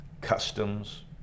customs